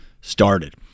started